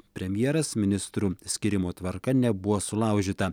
premjeras ministrų skyrimo tvarka nebuvo sulaužyta